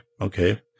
okay